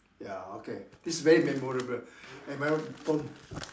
ya okay this is very memorable and my from